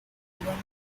everyone